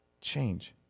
change